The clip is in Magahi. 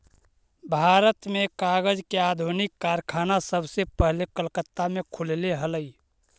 भारत में कागज के आधुनिक कारखाना सबसे पहले कलकत्ता में खुलले हलइ